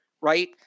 right